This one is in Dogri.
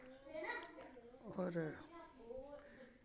होर